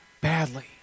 badly